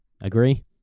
Agree